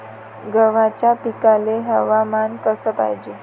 गव्हाच्या पिकाले हवामान कस पायजे?